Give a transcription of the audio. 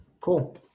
Cool